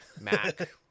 Mac